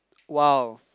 !wow!